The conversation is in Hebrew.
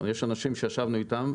יש אנשים שישבנו איתם,